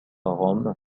rome